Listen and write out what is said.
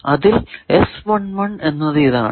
അതിൽ എന്നത് ഇതാണ്